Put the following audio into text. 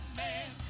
man